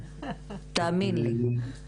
תאמין לי.